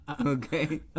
Okay